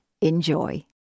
Enjoy